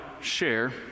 share